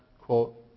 quote